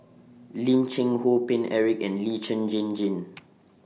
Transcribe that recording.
Lim Cheng Hoe Paine Eric and Lee Jane Jane